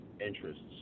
interests